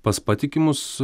pas patikimus